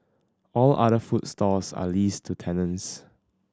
all other food stalls are leased to tenants